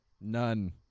None